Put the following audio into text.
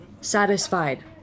satisfied